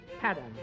pattern